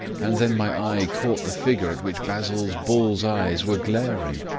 and then my eye caught the figure at which basil's bull's eyes were glaring.